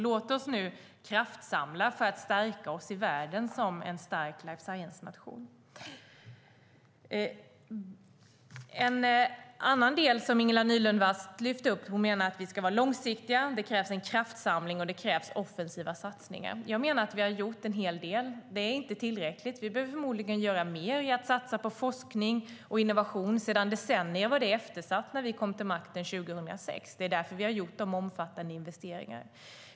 Låt oss nu kraftsamla för att stärka oss i världen som en stark life science-nation! Ingela Nylund Watz lyfter fram att vi ska vara långsiktiga och att det krävs en kraftsamling och offensiva satsningar. Jag menar att vi har gjort en hel del, men inte tillräckligt. Vi behöver förmodligen göra mer för att satsa på forskning och innovation. Sedan decennier tillbaka var detta eftersatt när vi kom till makten 2006. Det är därför vi har gjort de omfattande investeringarna.